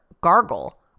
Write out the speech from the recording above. gargle